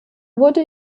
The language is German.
wurde